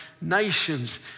nations